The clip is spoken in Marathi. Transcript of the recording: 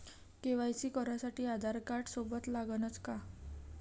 के.वाय.सी करासाठी आधारकार्ड सोबत लागनच का?